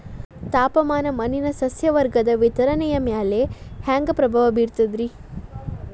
ತಾಪಮಾನ ಮಣ್ಣಿನ ಸಸ್ಯವರ್ಗದ ವಿತರಣೆಯ ಮ್ಯಾಲ ಹ್ಯಾಂಗ ಪ್ರಭಾವ ಬೇರ್ತದ್ರಿ?